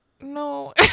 no